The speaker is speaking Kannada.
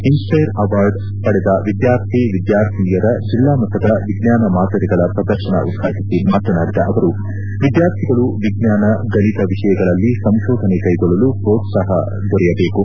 ಇನ್ಸ್ಟೈರ್ ಆವಾರ್ಡ ಪಡೆದ ವಿದ್ವಾರ್ಥಿ ವಿದ್ವಾರ್ಥಿನಿಯರ ಜಿಲ್ಲಾ ಮಟ್ಟದ ವಿಜ್ಞಾನ ಮಾದರಿಗಳ ಪ್ರದರ್ಶನ ಉದ್ಘಾಟಿಸಿ ಮಾತನಾಡಿದ ಅವರು ವಿದ್ಯಾರ್ಥಿಗಳು ವಿಜ್ಞಾನ ಗಣಿತ ವಿಷಯಗಳಲ್ಲಿ ಸಂಶೋಧನೆ ಕೈಗೊಳ್ಳಲು ಪೋತ್ಸಾಹ ದೊರೆಯಬೇಕು